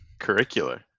curricular